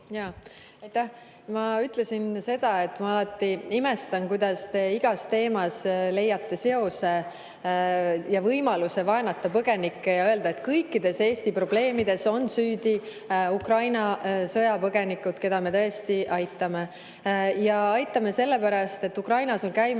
Ma ütlesin seda, et ma alati imestan, kuidas te igas teemas leiate seose põgenikega ja võimaluse neid vaenata ja öelda, et kõikides Eesti probleemides on süüdi Ukraina sõjapõgenikud, keda me tõesti aitame. Ja aitame sellepärast, et Ukrainas on käimas